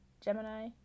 Gemini